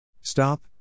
Stop